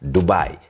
Dubai